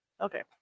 okay